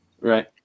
Right